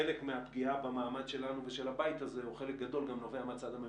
חלק מהפגיעה במעמד שלנו ושל הבית הזה או חלק גדול גם נובע מהצד הממשלתי.